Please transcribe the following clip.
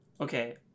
Okay